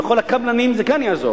לכל הקבלנים זה גם יעזור.